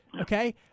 okay